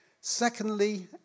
Secondly